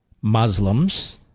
Muslims